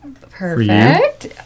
perfect